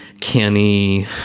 canny